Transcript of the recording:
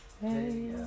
hey